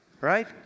right